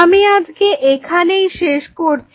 আমি আজকে এখানেই শেষ করছি